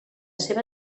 seva